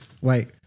wait